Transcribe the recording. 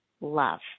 love